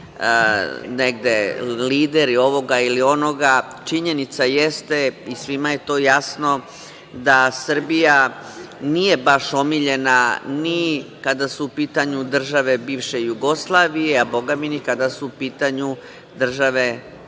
mi lideri ovoga ili onoga, činjenica jeste, svima je to jasno, da Srbija nije baš omiljena ni kada su u pitanju države bivše Jugoslavije, a bogami ni kada su u pitanju države,